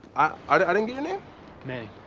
i i didn't get your name. manny.